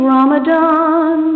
Ramadan